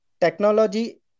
technology